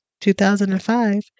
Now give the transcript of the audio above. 2005